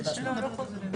לא.